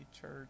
church